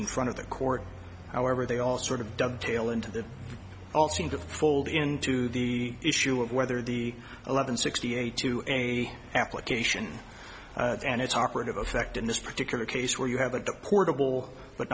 in front of the court however they all sort of dovetail into that all seem to fold into the issue of whether the eleven sixty eight to any application and its operative effect in this particular case where you have a deportable but